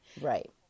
Right